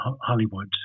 Hollywood